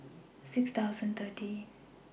six thousand thirty